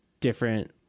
different